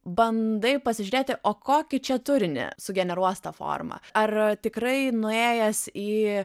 bandai pasižiūrėti o kokį čia turinį sugeneruos ta forma ar tikrai nuėjęs į